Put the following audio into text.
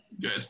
good